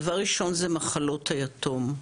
דבר ראשון זה מחלות היתום.